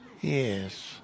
Yes